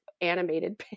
animated